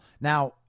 Now